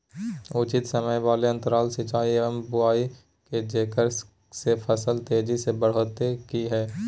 उचित समय वाले अंतराल सिंचाई एवं बुआई के जेकरा से फसल तेजी से बढ़तै कि हेय?